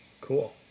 Cool